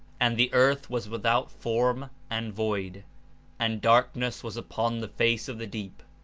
and the earth was without form and void and dark ness was upon the face of the deep.